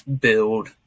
build